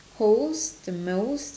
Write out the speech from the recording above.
holds the most